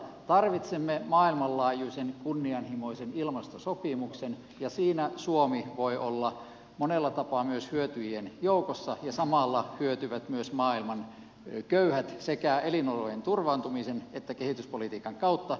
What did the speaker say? tarvitsemme maailmanlaajuisen kunnianhimoisen ilmastosopimuksen ja siinä suomi voi olla monella tapaa myös hyötyjien joukossa ja samalla hyötyvät myös maailman köyhät sekä elinolojen turvaamisen että kehityspolitiikan kautta